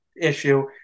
issue